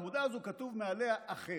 העמודה הזו, כתוב מעליה "אחר".